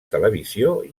televisió